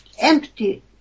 empty